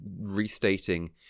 restating